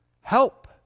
help